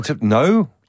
no